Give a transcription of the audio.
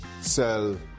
sell